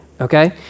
okay